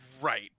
Right